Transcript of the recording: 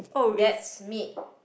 that's me